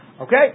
Okay